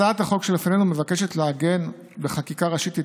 הצעת החוק שלפנינו מבקשת למעשה לעגן בחקיקה ראשית את